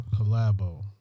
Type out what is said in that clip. Collabo